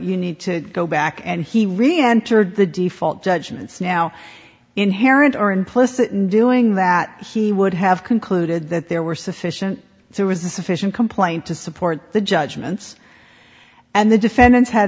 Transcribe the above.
you need to go back and he really entered the default judgments now inherent or implicit in doing that he would have concluded that there were sufficient if there was a sufficient complaint to support the judgments and the defendants had